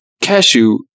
cashew